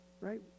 right